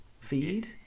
feed